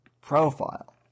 profile